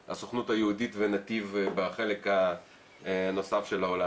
אז הסוכנות היהודית ו'נתיב' בחלק הנוסף של העולם,